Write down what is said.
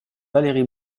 valérie